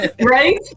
Right